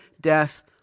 death